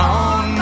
on